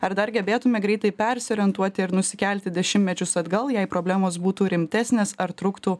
ar dar gebėtume greitai persiorientuoti ir nusikelti dešimtmečius atgal jei problemos būtų rimtesnės ar truktų